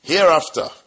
Hereafter